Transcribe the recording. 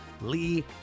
Lee